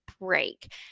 break